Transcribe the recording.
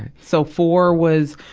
so four was,